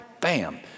Bam